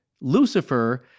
Lucifer